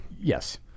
Yes